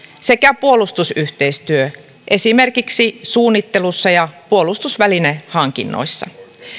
sekä puolustusyhteistyö esimerkiksi suunnittelussa ja puolustusvälinehankinnoissa